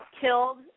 killed